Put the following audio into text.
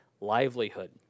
livelihood